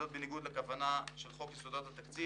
זאת בניגוד לכוונה המשתקפת בחוק יסודות התקציב